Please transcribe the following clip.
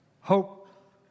Hope